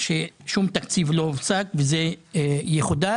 ששום תקציב לא הופסק וזה יחודש,